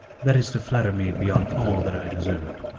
that is to flatter me beyond all that i deserve.